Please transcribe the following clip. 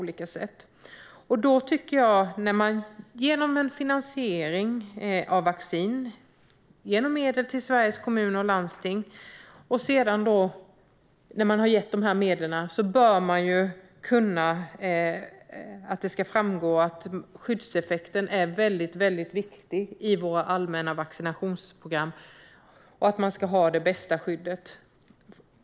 Med tanke på att man finansierar vaccin genom medel till Sveriges Kommuner och Landsting bör det kunna framgå att skyddseffekten är väldigt viktig i vårt allmänna vaccinationsprogram och att det ska vara det bästa skyddet.